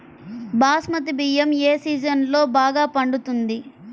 బాస్మతి బియ్యం ఏ సీజన్లో బాగా పండుతుంది?